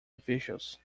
officials